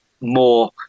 more